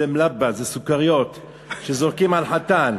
זה מלאבה, זה סוכריות שזורקים על חתן.